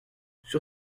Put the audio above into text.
sur